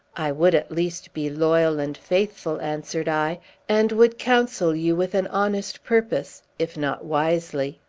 i would, at least, be loyal and faithful, answered i and would counsel you with an honest purpose, if not wisely.